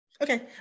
okay